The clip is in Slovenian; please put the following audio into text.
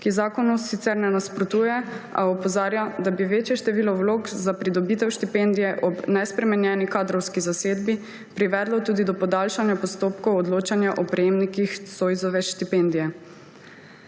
ki zakonu sicer ne nasprotuje, a opozarja, da bi večje število vlog za pridobitev štipendije ob nespremenjeni kadrovski zasedbi privedlo tudi do podaljšanja postopkov odločanja o prejemnikih Zoisove štipendije.